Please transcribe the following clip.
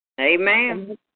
Amen